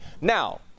Now